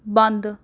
ਬੰਦ